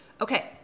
Okay